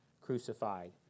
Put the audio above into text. crucified